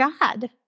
God